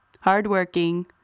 hardworking